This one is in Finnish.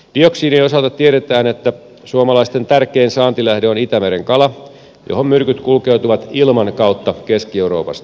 dioksiinin osalta tiedetään että suomalaisten tärkein saantilähde on itämeren kala johon myrkyt kulkeutuvat ilman kautta keski euroopasta